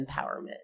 empowerment